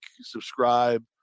subscribe